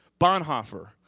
Bonhoeffer